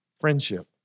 Friendship